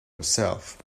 herself